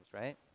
right